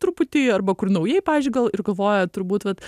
truputį arba kur naujai pavyzdžiui gal ir galvoja turbūt vat